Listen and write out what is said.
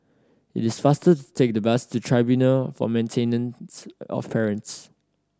it is faster to take the bus to Tribunal for Maintenance of Parents